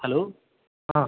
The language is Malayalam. ഹലോ ആ